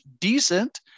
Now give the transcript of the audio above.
decent